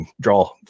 draw